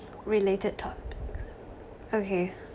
related topics okay